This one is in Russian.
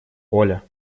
оля